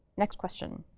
next question,